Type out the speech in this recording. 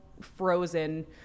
frozen